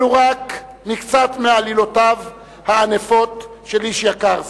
אלו רק מקצת מעלילותיו הענפות של איש יקר זה: